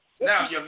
Now